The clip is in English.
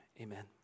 amen